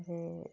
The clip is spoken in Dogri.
ते